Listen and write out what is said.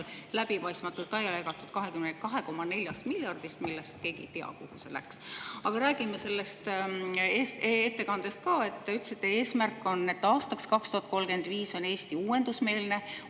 läbipaistmatult laiali jagatud 2,4 miljardist – keegi ei tea, kuhu see läks. Aga räägime sellest ettekandest ka. Te ütlesite, et eesmärk on, et aastaks 2035 oleks Eesti uuendusmeelne,